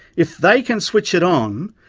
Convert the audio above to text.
if they can switch it on,